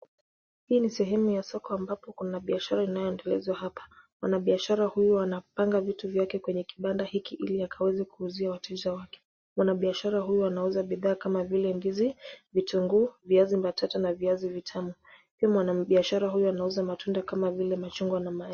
Hii ni sehemu ya soko ambapo kuna biashara inayoendelezwa hapa. Mwanabiashara huyu anapanga vitu vyake kwenye kibanda hiki ili akaweze kuuzia wateja wake. Mwanabashara huyu anauza bidhaa kama vile ndizi, vitunguu, viazi mbatata na viazi vitamu. Pia mwanabiashara huyu anauza matunda kama vile machungwa na maembe.